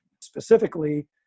specifically